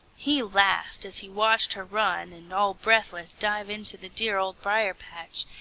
he laughed as he watched her run and, all breathless, dive into the dear, old briar-patch,